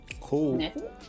Cool